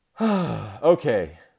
Okay